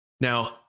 Now